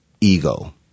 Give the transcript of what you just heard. ego